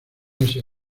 ese